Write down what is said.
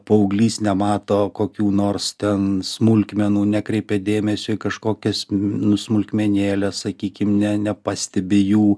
paauglys nemato kokių nors ten smulkmenų nekreipia dėmesio į kažkokias nu smulkmenėlę sakykime ne nepastebi jų